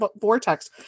vortex